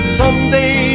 someday